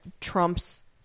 trumps